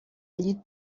llit